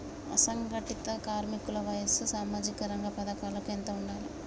అసంఘటిత కార్మికుల వయసు సామాజిక రంగ పథకాలకు ఎంత ఉండాలే?